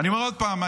אני אומר עוד פעם.